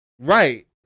Right